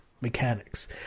mechanics